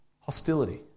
hostility